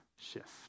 shift